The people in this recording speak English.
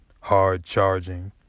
hard-charging